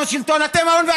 מה ההיגיון?